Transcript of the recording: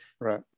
Right